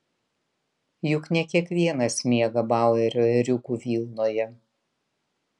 juk ne kiekvienas miega bauerio ėriukų vilnoje